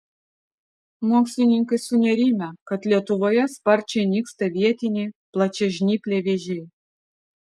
mokslininkai sunerimę kad lietuvoje sparčiai nyksta vietiniai plačiažnypliai vėžiai